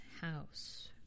house